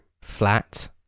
flat